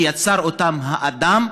שיצר אותם האדם,